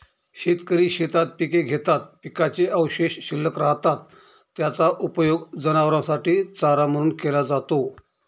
शेतकरी शेतात पिके घेतात, पिकाचे अवशेष शिल्लक राहतात, त्याचा उपयोग जनावरांसाठी चारा म्हणून केला जातो